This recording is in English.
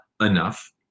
enough